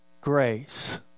grace